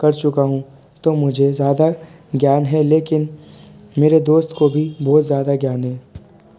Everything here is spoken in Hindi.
कर चुका हूँ तो मुझे ज़्यादा ज्ञान है लेकिन मेरे दोस्त को भी बहुत ज़्यादा ज्ञान है